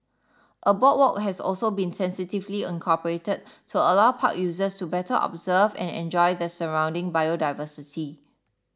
a boardwalk has also been sensitively incorporated to allow park users to better observe and enjoy the surrounding biodiversity